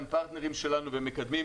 הם פרטנרים שלנו והם מקדמים.